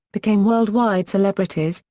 became worldwide celebrities,